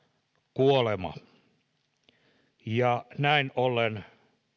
kuolema ja näin ollen